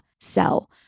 sell